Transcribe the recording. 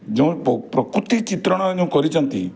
ଯେଉଁ ପ୍ରକୃତି ଚିତ୍ରଣ ଏଇ ଯେଉଁ କରିଛନ୍ତି